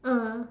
ah